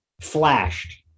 flashed